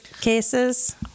cases